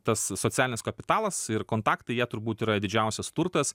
tas socialinis kapitalas ir kontaktai jie turbūt yra didžiausias turtas